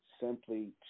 simply